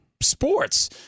sports